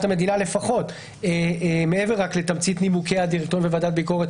המדינה לפחות מעבר לתמצית נימוקי הדירקטוריון וועדת הביקורת